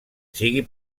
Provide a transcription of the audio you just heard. sigui